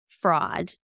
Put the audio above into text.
fraud